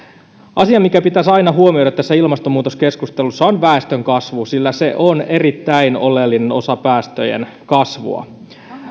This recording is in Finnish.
asia mikä pitäisi aina huomioida tässä ilmastonmuutoskeskustelussa on väestönkasvu sillä se on erittäin oleellinen osa päästöjen kasvua